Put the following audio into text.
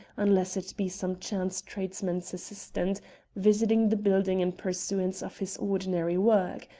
unless it be some chance tradesman's assistant visiting the building in pursuance of his ordinary work.